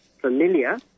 familiar